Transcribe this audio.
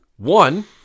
One